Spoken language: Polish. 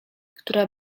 która